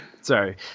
Sorry